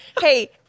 hey